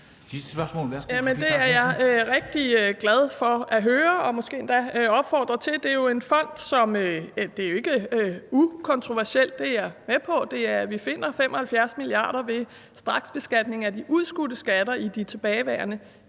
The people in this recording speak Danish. det er jeg rigtig glad for at høre og vil jeg måske endda opfordre til. Det er en fond, og det er jo ikke ukontroversielt – det er jeg med på – hvor vi finder 75 mia. kr. ved straksbeskatning af de udskudte skatter i de tilbageværende